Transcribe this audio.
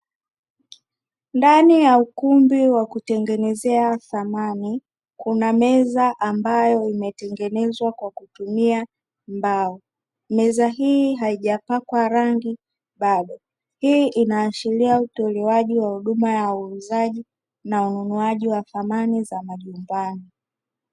Ndani ya ukumbi wa kutengenezea samani kuna meza ambayo imetengenezwa kwa kutumia mbao, meza hii haijapakwa rangi bado. Hii inaashiria utolewaji wa huduma ya uuzaji na ununuaji wa samani za majumbani.